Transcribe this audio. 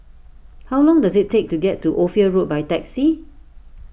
how long does it take to get to Ophir Road by taxi